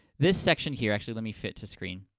this section, here, actually let me fit to screen,